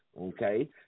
Okay